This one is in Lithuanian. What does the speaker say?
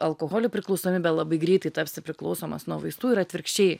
alkoholiui priklausomybę labai greitai tapsi priklausomas nuo vaistų ir atvirkščiai